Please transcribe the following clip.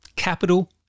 capital